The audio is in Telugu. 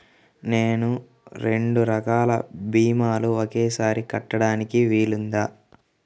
నేను రెండు రకాల భీమాలు ఒకేసారి కట్టడానికి వీలుందా?